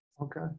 Okay